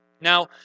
Now